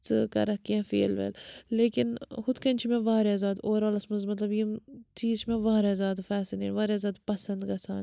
ژٕ کَرَکھ کیٚنٛہہ فیل ویل لیکِن ہُتھ کَنۍ چھِ مےٚ واریاہ زیادٕ اوٚوَر آلَس منٛز مطلب یِم چیٖز چھِ مےٚ واریاہ زیادٕ فیسِنے واریاہ زیادٕ پَسَنٛد گژھان